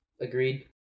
Agreed